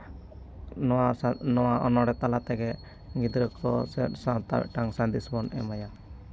ᱱᱚᱶᱟ ᱱᱚᱶᱟ ᱚᱱᱚᱲᱦᱮᱸ ᱛᱟᱞᱟ ᱛᱮᱜᱮ ᱜᱤᱫᱽᱨᱟᱹ ᱠᱚ ᱥᱟᱶᱛᱟ ᱢᱤᱫᱴᱟᱝ ᱥᱟᱸᱫᱮᱥ ᱵᱚᱱ ᱮᱢᱟᱭᱟ